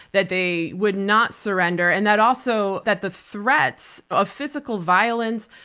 that they would not surrender, and that also that the threats of physical violence,